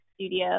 studio